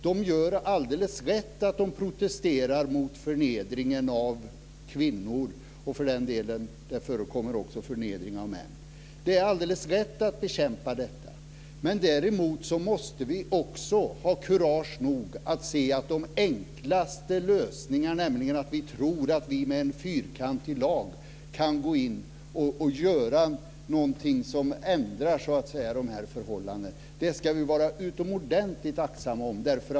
De gör alldeles rätt när de protesterar mot förnedringen av kvinnor och - det förekommer också - Det är alldeles rätt att bekämpa detta. Men vi måste också ha kurage nog att se att den enklaste lösningen, nämligen att tro att vi med en fyrkantig lag kan gå in och göra något som ändrar dessa förhållanden, ska vi vara utomordentligt aktsamma med.